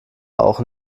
auch